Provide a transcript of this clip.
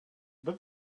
but